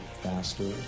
faster